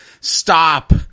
stop